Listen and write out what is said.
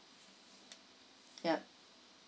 yup